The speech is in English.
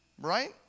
Right